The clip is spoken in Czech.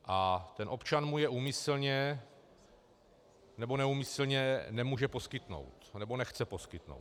A ten občan mu je úmyslně nebo neúmyslně nemůže poskytnout, nebo nechce poskytnout.